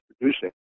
producing